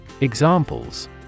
Examples